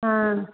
हाँ